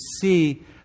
see